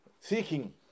Seeking